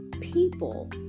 people